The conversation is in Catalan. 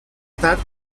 tard